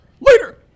Later